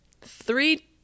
Three